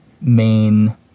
main